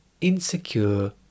insecure